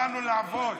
באנו לעבוד.